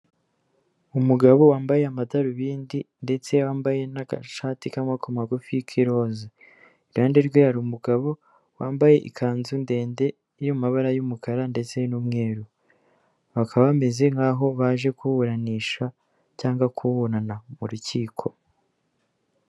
Umugabo wambaye amadarubindi ndetse wambaye n'agashati k'amaboko magufi k'irose, iruhande rwe hari umugabo wambaye ikanzu ndende y'amabara y'umukara ndetse n'umweru, bakaba bameze nkaho baje kuburanisha cyangwa kuburana mu rukiko.